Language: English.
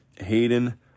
Hayden